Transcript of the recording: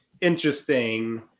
interesting